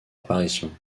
apparition